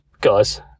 Guys